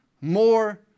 more